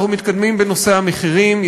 אנחנו מתקדמים בנושא המחירים.